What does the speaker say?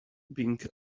being